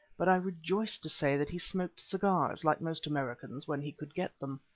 but i rejoice to say that he smoked cigars, like most americans, when he could get them.